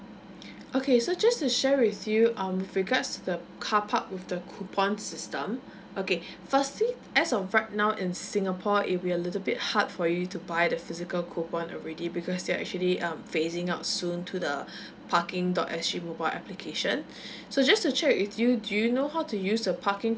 okay so just to share with you um with regards the carpark with the coupon system okay firstly as of right now in singapore if we're a little bit hard for you to buy the physical coupon already because they're actually um phasing out soon to the parking dot S G mobile application so just to check with you do you know how to use the parking